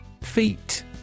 Feet